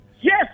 Yes